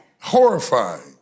Horrifying